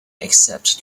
except